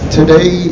Today